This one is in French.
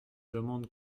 demande